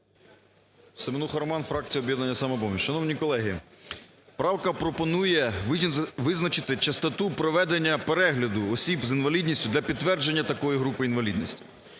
Семенуха Роман, фракція "Об'єднання "Самопоміч". Шановні колеги, правка пропонує визначити частоту проведення перегляду осіб з інвалідністю для підтвердження такої групи інвалідності.